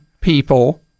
people